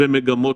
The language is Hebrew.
ומגמות,